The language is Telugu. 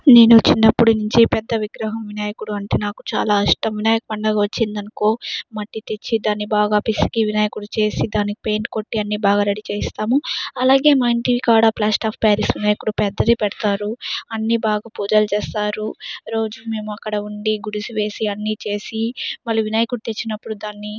నేను చిన్నప్పుడు నుంచి పెద్ద విగ్రహం వినాయకుడు అంటే నాకు చాలా ఇష్టం వినాయక పండగ వచ్చింది అనుకో మట్టి తెచ్చి దాన్ని బాగా పిసికి వినాయకుడు చేసి దాని పెయింట్ కొట్టి అన్ని బాగా రెడీ చేస్తాము అలాగే మా ఇంటి కాడ ప్లాస్టర్ ఆఫ్ పారిస్ వినాయకుడు పెద్దది పెడతారు అన్ని బాగా పూజలు చేస్తారు రోజు మేము అక్కడ ఉండి గుడిసివేసి అన్ని చేసి మళ్లీ వినాయకుడు తెచ్చినప్పుడు దాన్ని